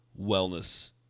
wellness